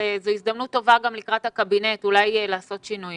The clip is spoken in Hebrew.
זו הזדמנות טובה לקראת הקבינט אולי לעשות שינויים